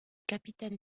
capitaine